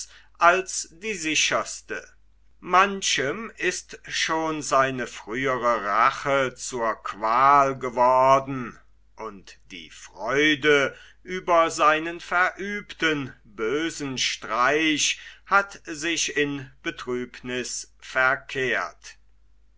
als die sicherste manchem ist schon seine frühere rache zur quaal geworden und die freude über seinen verübten bösen streich hat sich in betrübniß verkehrt